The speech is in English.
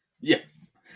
Yes